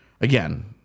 again